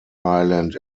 island